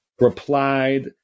replied